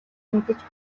мэдэж